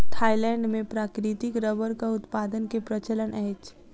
Thailand मे प्राकृतिक रबड़क उत्पादन के प्रचलन अछि